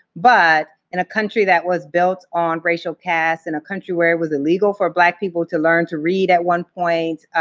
but in a country that was built on racial caste, in a country where it was illegal for black people to learn to read at one point,